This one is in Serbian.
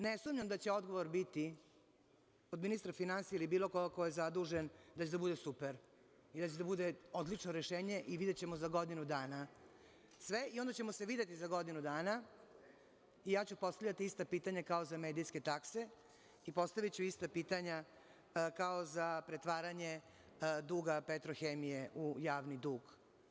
Ne sumnjam da će odgovor biti od ministra finansija ili bilo koga ko je zadužen, da će da bude super, da će da bude odlično rešenje, i videćemo za godinu dana sve, i onda ćemo se videti za godinu dana i ja ću postavljati ista pitanja kao za medijske takse, i postaviću ista pitanja kao za pretvaranje duga Petrohemije u javni dug.